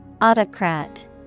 Autocrat